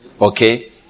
okay